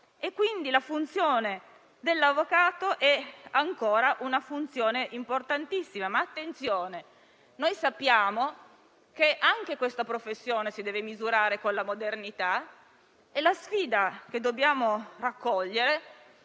quindi la funzione dell'avvocato è ancora importantissima. Ma - attenzione - noi sappiamo che anche questa professione si deve misurare con la modernità; la sfida che dobbiamo accogliere